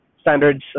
standards